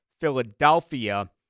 Philadelphia